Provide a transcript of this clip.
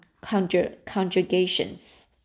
conjugations